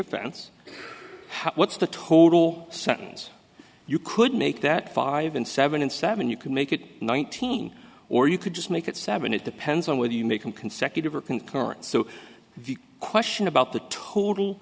offense what's the total sentence you could make that five in seven and seven you can make it nineteen or you could just make it seven it depends on whether you make an consecutive or concurrent so the question about the total